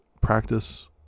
practice